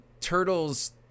Turtles